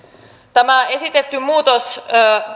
tämä esitetty muutos